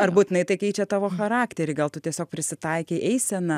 ar būtinai tai keičia tavo charakterį gal tu tiesiog prisitaikei eiseną